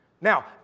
Now